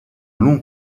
long